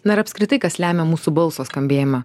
na ir apskritai kas lemia mūsų balso skambėjimą